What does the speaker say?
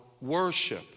worship